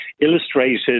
illustrated